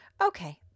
Okay